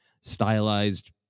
stylized